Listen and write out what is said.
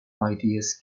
ideas